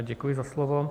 Děkuji za slovo.